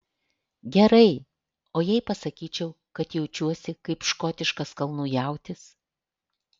gerai o jei pasakyčiau kad jaučiuosi kaip škotiškas kalnų jautis